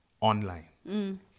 online